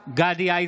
(קורא בשמות חברי הכנסת) גדי איזנקוט,